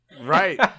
Right